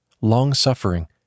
long-suffering